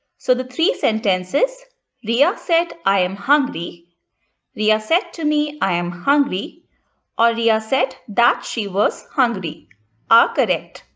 so the three sentences riya said, i am hungry riya said to me, i am hungry or riya said that she was hungry are correct.